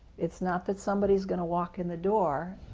it's not that somebody is going to walk in the door